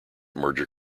merger